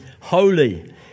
holy